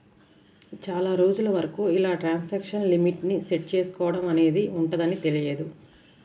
చాలా రోజుల వరకు ఇలా ట్రాన్సాక్షన్ లిమిట్ ని సెట్ చేసుకోడం అనేది ఉంటదని తెలియదు